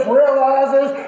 realizes